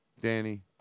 Danny